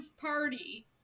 party